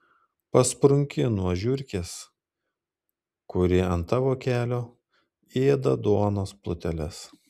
pasprunki nuo žiurkės kuri ant tavo kelio ėda duonos pluteles